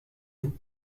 vous